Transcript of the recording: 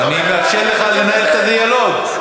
ואני מאפשר לך לנהל את הדיאלוג.